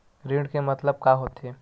ऋण के मतलब का होथे?